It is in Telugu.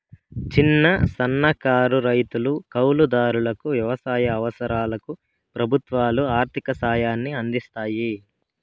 చిన్న, సన్నకారు రైతులు, కౌలు దారులకు వ్యవసాయ అవసరాలకు ప్రభుత్వాలు ఆర్ధిక సాయాన్ని అందిస్తాయి